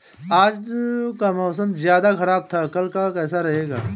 आज का मौसम ज्यादा ख़राब था कल का कैसा रहेगा?